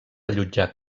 allotjar